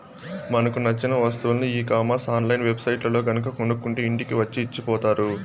మనకు నచ్చిన వస్తువులని ఈ కామర్స్ ఆన్ లైన్ వెబ్ సైట్లల్లో గనక కొనుక్కుంటే ఇంటికి వచ్చి ఇచ్చిపోతారు